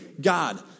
God